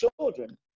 children